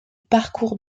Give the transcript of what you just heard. parcours